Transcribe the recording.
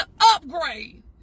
upgrade